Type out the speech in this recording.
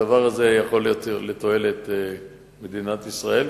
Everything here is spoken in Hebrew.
הדבר הזה יכול להיות לתועלת למדינת ישראל,